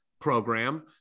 program